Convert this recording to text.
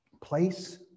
Place